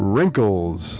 Wrinkles